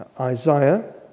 Isaiah